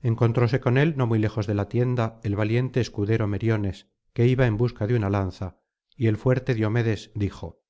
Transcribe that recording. encontróse con él no muy lejos de la tienda el valiente escudero meriones que iba en busca de una lanza y el fuerte diomedes dijo